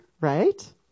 right